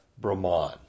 Brahman